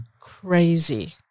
crazy